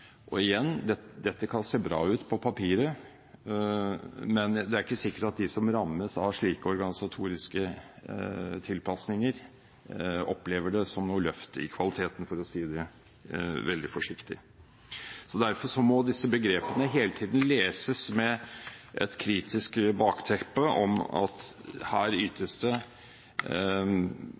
Igjen: Dette kan se bra ut på papiret, men det er ikke sikkert at de som rammes av slike organisatoriske tilpasninger, opplever det som et løft i kvaliteten, for å si det veldig forsiktig. Derfor må disse begrepene hele tiden leses med et kritisk bakteppe om at det ytes faglig forsvarlige tjenester, og at det